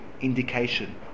indication